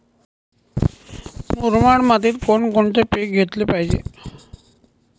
मुरमाड मातीत कोणकोणते पीक घेतले पाहिजे?